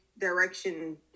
direction